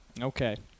Okay